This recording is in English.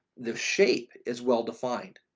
the shape is well defined.